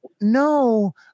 no